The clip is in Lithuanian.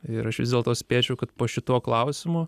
ir aš vis dėlto spėčiau kad po šituo klausimu